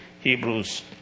Hebrews